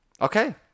Okay